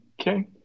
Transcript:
Okay